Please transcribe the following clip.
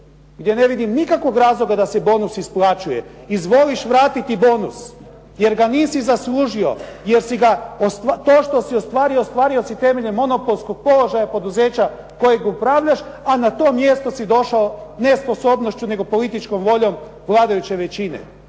gdje ne vidim nikakvog razloga da se bonus isplaćuje. Izvoliš vratiti bonus jer ga nisi zaslužio. Jer to što si ostvario, ostvario si temeljem onog položaja poduzeća kojeg upravljaš a na to mjesto si došao ne sposobnošću nego političkom voljom vladajuće većine.